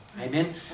Amen